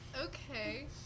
okay